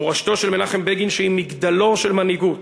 מורשתו של מנחם בגין, שהיא מגדלור של מנהיגות: